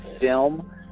film